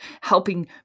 helping